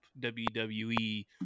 WWE